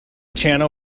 channel